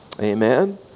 Amen